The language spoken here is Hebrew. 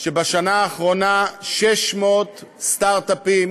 שבשנה האחרונה 600 סטארט-אפים